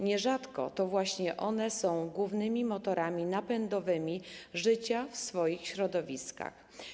Nierzadko to właśnie one są głównymi motorami napędowymi życia w swoich środowiskach.